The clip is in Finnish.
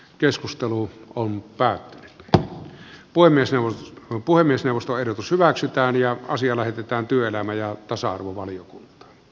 keskustelu on päälle voi myös eun puhemiesneuvosto ehdotus hyväksytään ja asia lähetetään työelämä ja tasa arvovalion